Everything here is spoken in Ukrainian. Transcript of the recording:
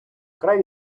край